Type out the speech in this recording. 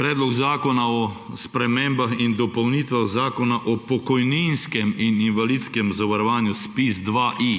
Predlog zakona o spremembah in dopolnitvah Zakona o pokojninskem in invalidskem zavarovanju, ZPIZ-2I.